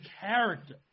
character